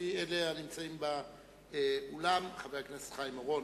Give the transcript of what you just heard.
לפי אלה הנמצאים באולם, חבר הכנסת חיים אורון.